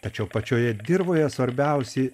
tačiau pačioje dirvoje svarbiausi